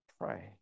pray